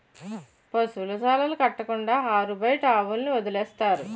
పశువుల శాలలు కట్టకుండా ఆరుబయట ఆవుల్ని వదిలేస్తారు